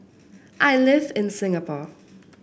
I live in Singapore